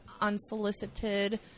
unsolicited